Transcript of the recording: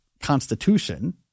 constitution